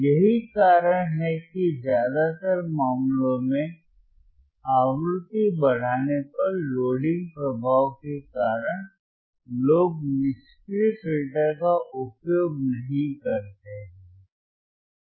यही कारण है कि ज्यादातर मामलों में आवृत्ति बढ़ाने पर लोडिंग प्रभाव के कारण लोग निष्क्रिय फिल्टर का उपयोग नहीं करते हैं